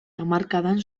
hamarkadan